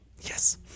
yes